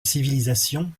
civilisation